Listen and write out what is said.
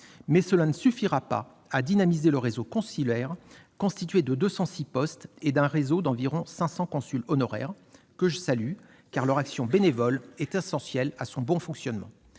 Mais cela ne suffira pas à dynamiser le réseau consulaire, constitué de 206 postes et d'un réseau d'environ 500 consuls honoraires, que je salue, car leur action bénévole est essentielle à son bon fonctionnement.